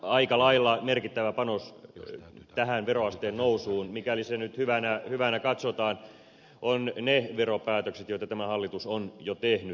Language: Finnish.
aika lailla merkittävä panos tähän veroasteen nousuun mikäli se nyt hyvänä katsotaan on ne veropäätökset joita tämä hallitus on jo tehnyt